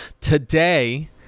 Today